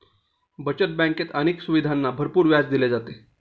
बचत बँकेत अनेक सुविधांना भरपूर व्याज दिले जाते